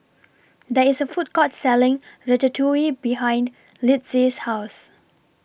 There IS A Food Court Selling Ratatouille behind Litzy's House